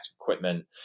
equipment